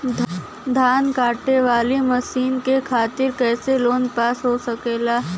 धान कांटेवाली मशीन के खातीर कैसे लोन पास हो सकेला?